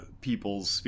People's